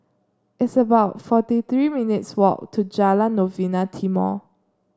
it's about forty three minutes' walk to Jalan Novena Timor